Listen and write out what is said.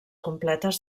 completes